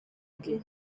bwe